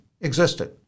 existed